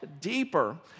deeper